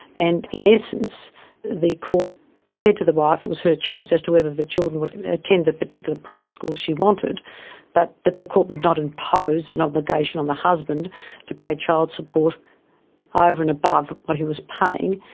and in essence the court said to the wife it was her choice as to whether the children would attend the particular private school she wanted but that the court would not impose an and obligation on the husband to pay child support over and above what he was paying,